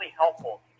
helpful